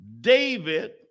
David